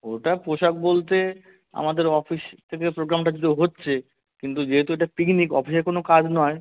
ওটা পোশাক বলতে আমাদের অফিস থেকে প্রোগ্রামটা যেহেতু হচ্ছে কিন্তু যেহেতু এটা পিকনিক অফিসের কোনো কাজ নয়